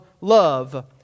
love